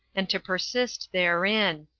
and to persist therein.